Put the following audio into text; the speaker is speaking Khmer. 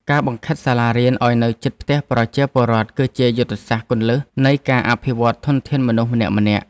ការបង្ខិតសាលារៀនឱ្យជិតផ្ទះប្រជាពលរដ្ឋគឺជាយុទ្ធសាស្ត្រគន្លឹះនៃការអភិវឌ្ឍន៍ធនធានមនុស្សម្នាក់ៗ។